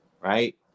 right